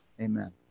Amen